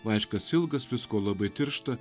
laiškas ilgas visko labai tiršta